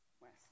west